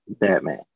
Batman